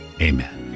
Amen